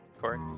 Corey